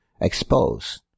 expose